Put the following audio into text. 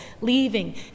leaving